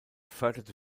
förderte